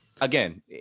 again